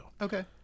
Okay